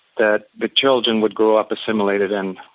that the children would grow up assimilated. and